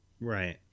Right